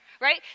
right